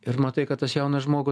ir matai kad tas jaunas žmogus